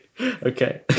Okay